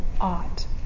ought